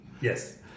Yes